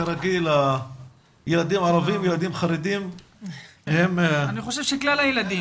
כרגיל הילדים הערביים והחרדים הם --- אני חושב שכלל הילדים.